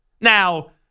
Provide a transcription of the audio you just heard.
Now